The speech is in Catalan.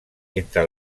entre